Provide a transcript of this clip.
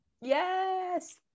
Yes